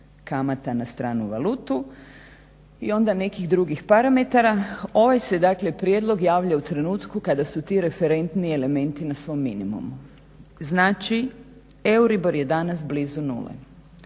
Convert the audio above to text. kamata na stranu valutu i onda nekih drugih parametara ovaj se dakle prijedlog javlja u trenutku kada su ti referentni elementi na svom minimumu. Znači euribor je danas blizu nule.